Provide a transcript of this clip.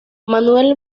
manuel